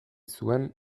zuen